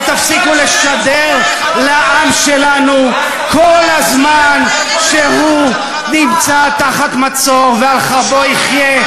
ותפסיקו לשדר לעם שלנו כל הזמן שהוא נמצא תחת מצור ועל חרבו יחיה,